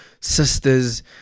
sisters